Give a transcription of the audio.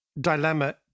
dilemma